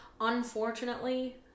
unfortunately